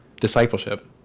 discipleship